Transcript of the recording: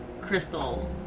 crystal